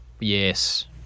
Yes